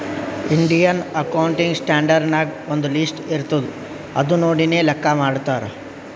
Indian accounting standard ನಾಗ್ ಒಂದ್ list ಇರ್ತುದ್ ಅದು ನೋಡಿನೇ ಲೆಕ್ಕಾ ಮಾಡ್ತಾರ್